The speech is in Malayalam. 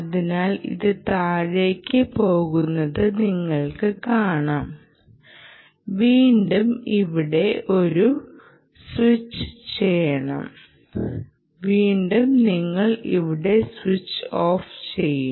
അതിനാൽ അത് താഴേക്ക് പോകുന്നത് നിങ്ങൾക്കു കാണാം വീണ്ടും ഇവിടെ അത് സ്വിച്ച് ചെയ്യണം വീണ്ടും നിങ്ങൾ ഇവിടെ സ്വിച്ച് ഓഫ് ചെയ്യും